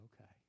okay